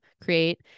create